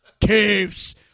Caves